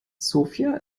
sofia